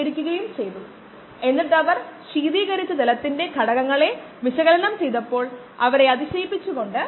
അതുകൊണ്ടാണ് ഡൈനാമിക് സിസ്റ്റങ്ങൾ എഞ്ചിനീയറിംഗ് സിസ്റ്റങ്ങൾ തുടങ്ങിയവ കൈകാര്യം ചെയ്യുമ്പോൾ നിരക്ക് ഒരു തരം സ്റ്റാൻഡേർഡ് പാരാമീറ്ററായി കണക്കാക്കുന്നത്